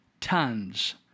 tons